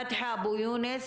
פתחי אבו יונס,